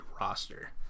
roster